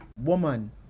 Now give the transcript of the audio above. Woman